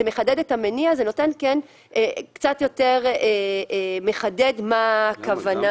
זה מחדד את המניע ומסביר קצת יותר מה הכוונה